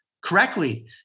correctly